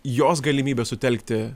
jos galimybės sutelkti